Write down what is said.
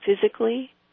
physically